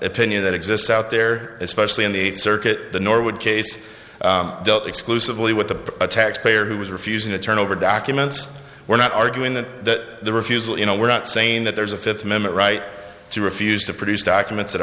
opinion that exists out there especially in the circuit norwood case dealt exclusively with the taxpayer who is refusing to turn over documents we're not arguing that the refusal you know we're not saying that there's a fifth amendment right to refuse to produce documents that